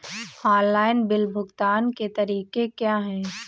Online bill भुगतान के तरीके क्या हैं?